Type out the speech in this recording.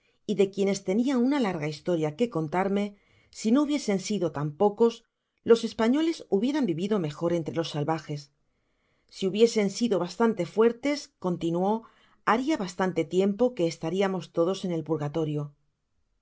y de quienes tenia una larga historia qué'contarme si no hubiesen sido tan pocos los españoles hubieran vivido mejor entre los salvajes si hubiesen sido bastante fuertes continuó haria bastante tiempo que estaríamos todos en el purgatorio